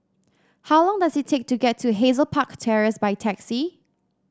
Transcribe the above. how long does it take to get to Hazel Park Terrace by taxi